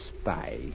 spy